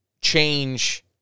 change